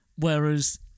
whereas